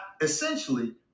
essentially